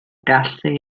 gallu